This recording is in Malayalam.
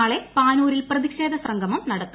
നാളെ പാനൂരിൽ പ്രതിഷേധ സംഗമം നടത്തും